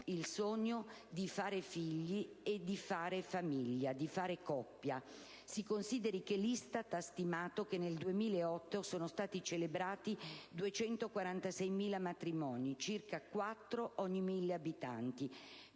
il sogno di fare figli, di fare coppia e famiglia; si consideri che l'ISTAT ha stimato che nel 2008 sono stati celebrati 246.000 matrimoni, circa 4 ogni mille abitanti.